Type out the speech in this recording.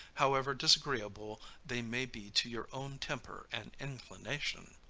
however disagreeable they may be to your own temper and inclination.